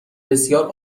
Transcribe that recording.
بسیار